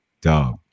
Dog